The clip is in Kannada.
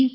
ಎಸ್